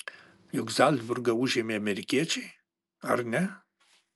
juk zalcburgą užėmė amerikiečiai ar ne